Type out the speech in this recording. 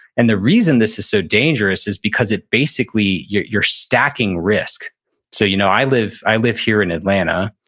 and the reason this is so dangerous is because it basically, you're you're stocking risk so you know i live i live here in atlanta,